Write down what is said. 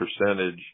percentage